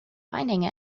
finding